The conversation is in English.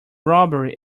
robbery